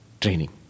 training